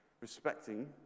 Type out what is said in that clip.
respecting